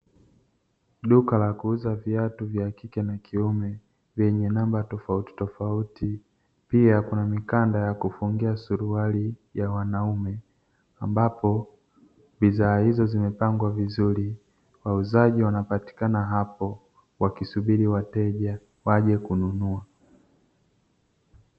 Duka la kuuza viatu vya kike na kiume vyenye namba tofautitofauti, pia kuna mikanda ya kufungia suruali ya wanaume, ambapo bidhaa hizo zimepangwa vizuri. Wauzaji wanapatikana hapo, wakisubiri wateja waje kununua.